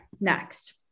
Next